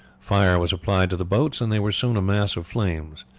fire was applied to the boats, and they were soon a mass of flames.